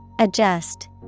Adjust